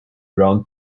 around